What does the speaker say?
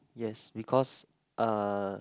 yes because uh